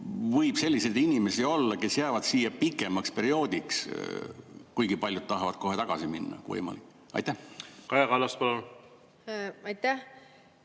võib selliseid inimesi olla, kes jäävad siia pikemaks perioodiks, kuigi paljud tahavad kohe tagasi minna, kui võimalik? Kaja Kallas, palun! Aitäh!